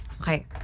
Okay